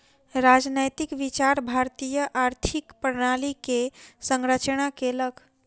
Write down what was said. राजनैतिक विचार भारतीय आर्थिक प्रणाली के संरचना केलक